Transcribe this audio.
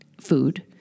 food